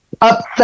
upset